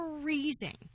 freezing